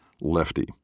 Lefty